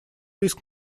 риск